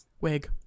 Wig